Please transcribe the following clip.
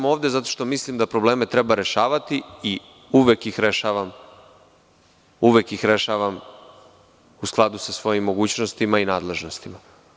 Ovde sam zato što mislim da probleme treba rešavati i uvek ih rešavam u skladu sa svojim mogućnostima i nadležnostima.